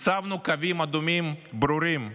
הצבנו קווים אדומים ברורים,